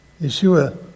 Yeshua